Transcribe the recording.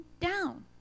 down